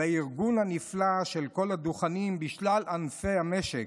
על הארגון הנפלא של כל הדוכנים משלל ענפי המשק: